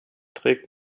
trägt